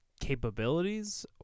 capabilities